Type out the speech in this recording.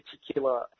particular